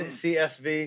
csv